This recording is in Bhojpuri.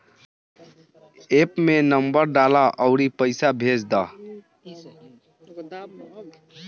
एप्प में नंबर डालअ अउरी पईसा भेज दअ